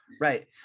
right